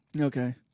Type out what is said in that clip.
Okay